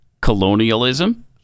colonialism